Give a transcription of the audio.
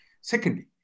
Secondly